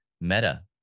Meta